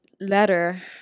letter